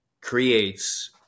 creates